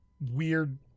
weird